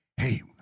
hey